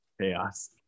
chaos